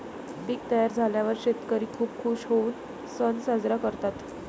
पीक तयार झाल्यावर शेतकरी खूप खूश होऊन सण साजरा करतात